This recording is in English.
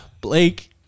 Blake